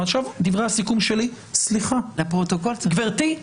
עכשיו דברי הסיכום שלי --- לפרוטוקול צריך --- גברתי,